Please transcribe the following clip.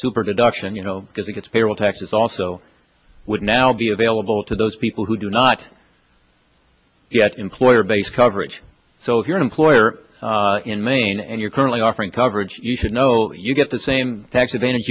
super deduction you know because it's payroll taxes also would now be available to those people who do not yet employer based coverage so if you're an employer in maine and you're currently offering coverage you should know you get the same tax advantage